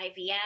IVF